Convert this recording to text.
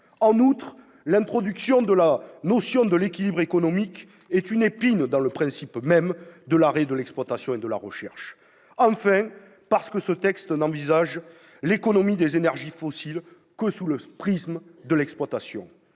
En outre, l'introduction de la notion de l'équilibre économique est une épine dans le principe même de l'arrêt de l'exploitation et de la recherche. Enfin, parce que ce texte n'envisage l'économie des énergies fossiles que sous le prisme de l'exploitation.